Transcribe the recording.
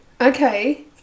Okay